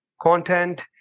content